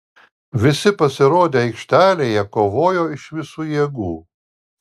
visi pasirodę aikštelėje kovojo iš visų jėgų